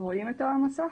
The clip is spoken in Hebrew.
רואים את המצגת?